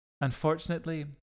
Unfortunately